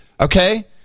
okay